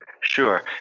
Sure